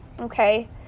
Okay